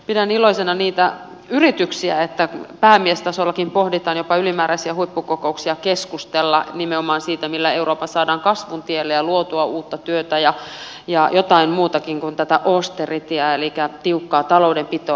pidän iloisina niitä yrityksiä että päämiestasollakin pohditaan jopa ylimääräisissä huippukokouksissa keskustellaan nimenomaan siitä millä eurooppa saadaan kasvun tielle ja luotua uutta työtä ja jotain muutakin kuin tätä austeritya elikkä tiukkaa taloudenpitoa